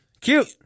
Cute